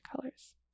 colors